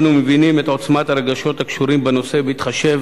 אנו מבינים את עוצמת הרגשות הקשורים בנושא בהתחשב